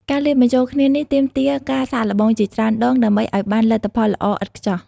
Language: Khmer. ការលាយបញ្ចូលគ្នានេះទាមទារការសាកល្បងជាច្រើនដងដើម្បីឱ្យបានលទ្ធផលល្អឥតខ្ចោះ។